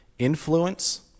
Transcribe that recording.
influence